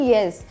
Yes